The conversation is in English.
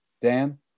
Dan